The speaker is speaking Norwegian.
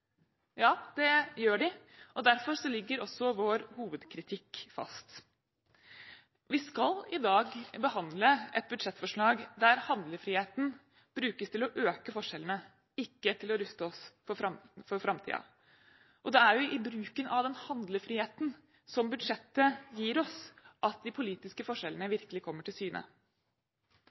Ja, det gjør de, og derfor ligger også vår hovedkritikk fast. Vi skal i dag behandle et budsjettforslag der handlefriheten brukes til å øke forskjellene, ikke til å ruste oss for framtiden. Det er i bruken av den handlefriheten som budsjettet gir oss, at de politiske forskjellene virkelig kommer til syne.